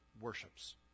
worships